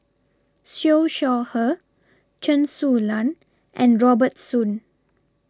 Siew Shaw Her Chen Su Lan and Robert Soon